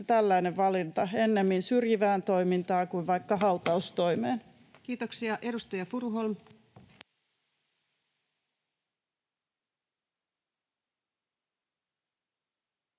tällainen valinta: ennemmin syrjivään toimintaan kuin vaikka hautaustoimeen. [Sebastian